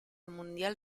mundial